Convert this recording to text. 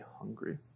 hungry